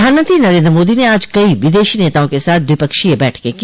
प्रधानमंत्री नरेन्द्र मोदी ने आज कई विदेशी नेताओं के साथ द्विपक्षीय बैठकें की